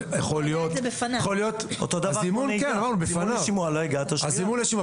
הזימון הוא בפניו.